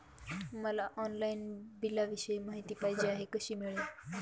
मला ऑनलाईन बिलाविषयी माहिती पाहिजे आहे, कशी मिळेल?